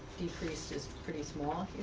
decreased is pretty small,